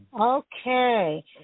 Okay